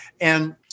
And-